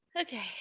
okay